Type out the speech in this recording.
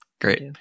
Great